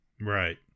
Right